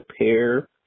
pair